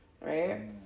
right